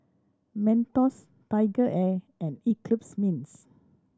Mentos Tiger Air and Eclipse Mints